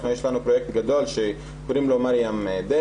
יש לנו פרויקט גדול שקורים לו "מרים-דיי",